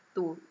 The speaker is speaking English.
two